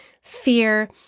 fear